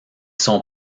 sont